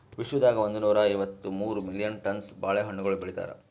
ವಿಶ್ವದಾಗ್ ಒಂದನೂರಾ ಐವತ್ತ ಮೂರು ಮಿಲಿಯನ್ ಟನ್ಸ್ ಬಾಳೆ ಹಣ್ಣುಗೊಳ್ ಬೆಳಿತಾರ್